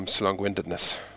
long-windedness